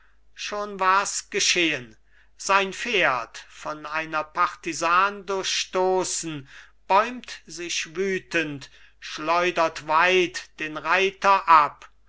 schon wars geschehn sein pferd von einer partisan durchstoßen bäumt sich wütend schleudert weit den reiter ab